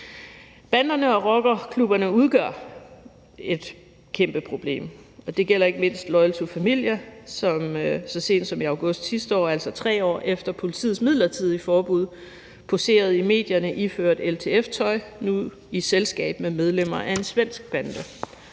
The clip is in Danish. Banderne og rockerne udgør et kæmpeproblem, og det gælder ikke mindst Loyal To Familia, som så sent som i august sidste år, altså 3 år efter politiets midlertidige forbud, poserede i medierne iført LTF-tøj, nu i selskab med medlemmer af en svensk bande.